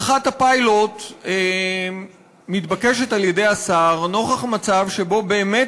הארכת הפיילוט מתבקשת על-ידי השר נוכח המצב שבו באמת